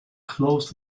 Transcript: closed